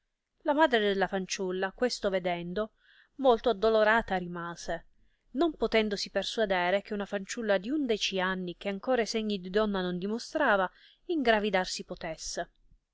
la madre della fanciulla questo vedendo molto addolorata rimase non potendosi persuadere che una fanciulla di undeci anni che ancora i segni di donna non dimostrava ingravidar si potesse